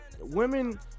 women